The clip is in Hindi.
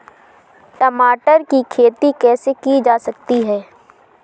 टमाटर की खेती कैसे की जा सकती है?